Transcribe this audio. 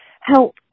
help